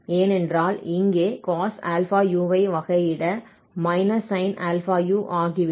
ஏனென்றால் இங்கே cos αu ஐ வகையிட −sin αu ஆகிவிடும்